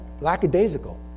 lackadaisical